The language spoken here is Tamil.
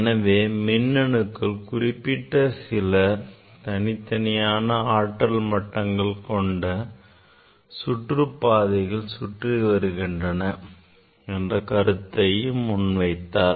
எனவே மின்னணுக்கள் குறிப்பிட்ட சில தனித்தனியான ஆற்றல் மட்டங்கள் கொண்ட சுற்றுப் பாதைகளில் சுற்றிவருகின்றன என்ற கருத்தை முன்வைத்தார்